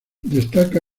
destaca